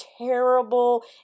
terrible